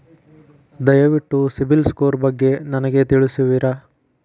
ದಯವಿಟ್ಟು CIBIL score ಬಗ್ಗೆ ನನಗೆ ತಿಳಿಸುವಿರಾ?